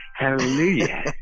Hallelujah